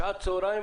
שעת צהרים,